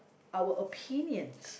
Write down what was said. our opinions